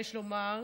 יש לומר,